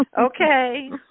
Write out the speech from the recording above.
Okay